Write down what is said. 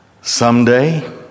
Someday